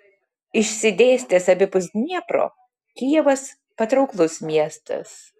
išsidėstęs abipus dniepro kijevas patrauklus miestas